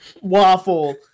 waffle